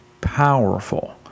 powerful